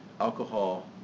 alcohol